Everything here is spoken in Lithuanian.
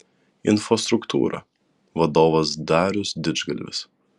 infostruktūra vadovas darius didžgalvis